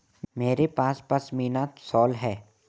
मेरे पास पशमीना शॉल है